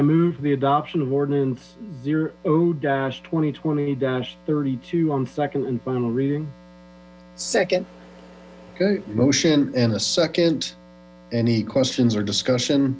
i move the adoption of ordinance zero zero dash twenty twenty dash thirty two on second and final reading second motion in a second any questions or discussion